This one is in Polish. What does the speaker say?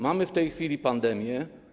Mamy w tej chwili pandemię.